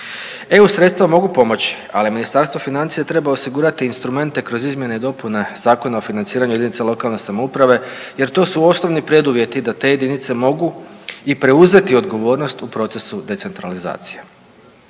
EU sredstva mogu pomoći, ali Ministarstvo financija treba osigurati instrumente kroz izmjene i dopune Zakona o financiranju jedinica lokalne samouprave jer to su osnovni preduvjeti da te jedinice mogu i preuzeti odgovornost u procesu decentralizacije.